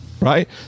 right